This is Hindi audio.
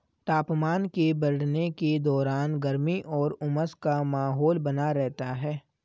तापमान के बढ़ने के दौरान गर्मी और उमस का माहौल बना रहता है